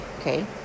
okay